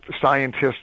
scientists